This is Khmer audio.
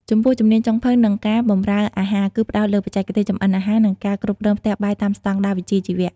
ចំពោះ ជំនាញចុងភៅ និងការបម្រើអាហារ គឺផ្តោតលើបច្ចេកទេសចម្អិនអាហារ និងការគ្រប់គ្រងផ្ទះបាយតាមស្តង់ដារវិជ្ជាជីវៈ។